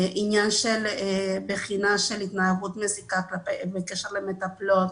עניין של בחינה של התנהגות מזיקה בקשר למטפלות,